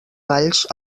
valls